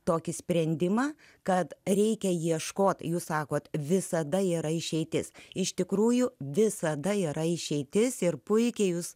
tokį sprendimą kad reikia ieškot jūs sakote visada yra išeitis iš tikrųjų visada yra išeitis ir puikiai jūs